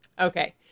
Okay